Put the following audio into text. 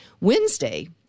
Wednesday